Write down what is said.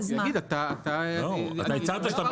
לא, אתה הצהרת שאתה